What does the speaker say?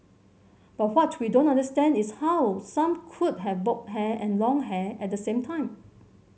but what we don't understand is how some could have bob hair and long hair at the same time